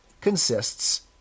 consists